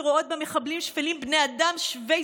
שרואות במחבלים שפלים בני אדם שווי